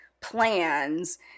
plans